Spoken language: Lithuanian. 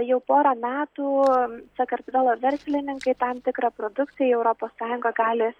jau porą metų sakartvelo verslininkai tam tikra produkciją į europos sąjungą gali